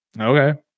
okay